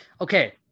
Okay